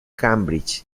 cambridge